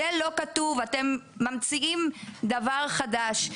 זה לא כתוב, אתם ממציאים דבר חדש.